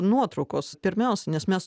nuotraukos pirmiausia nes mes